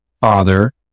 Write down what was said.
father